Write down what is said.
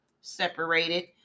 separated